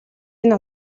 энэ